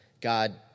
God